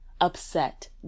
upset